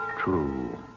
True